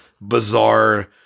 bizarre